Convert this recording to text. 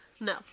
no